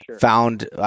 found